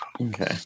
Okay